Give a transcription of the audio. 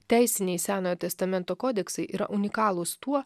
teisiniai senojo testamento kodeksai yra unikalūs tuo